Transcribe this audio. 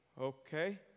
Okay